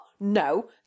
No